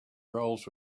roles